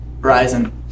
Verizon